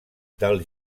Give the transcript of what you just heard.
del